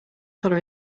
colour